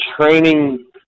training